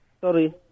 Sorry